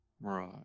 Right